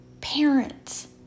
parents